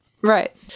Right